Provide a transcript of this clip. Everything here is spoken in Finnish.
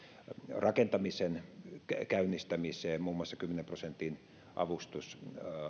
rakentamisen käynnistämiseen muun muassa kymmenen prosentin avustus